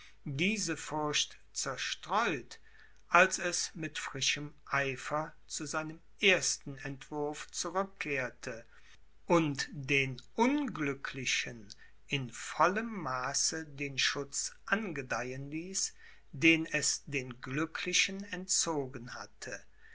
diese furcht zerstreut als es mit frischem eifer zu seinem ersten entwurf zurückkehrte und den unglücklichen in vollem maße den schutz angedeihen ließ den es den glücklichen entzogen hatte